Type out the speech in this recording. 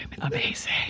amazing